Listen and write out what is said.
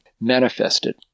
manifested